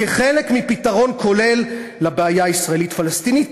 כחלק מפתרון כולל לבעיה הישראלית פלסטינית,